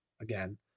again